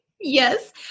yes